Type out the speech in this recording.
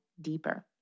deeper